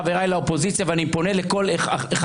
חבריי לאופוזיציה אני פונה לכל אחד